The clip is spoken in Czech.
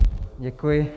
Děkuji.